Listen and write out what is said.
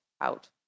out